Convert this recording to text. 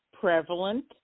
Prevalent